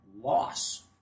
loss